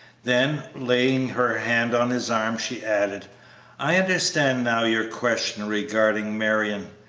then, laying her hand on his arm, she added i understand now your question regarding marion.